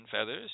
feathers